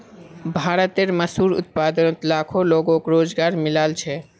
भारतेर मशहूर उत्पादनोत लाखों लोगोक रोज़गार मिलाल छे